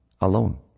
Alone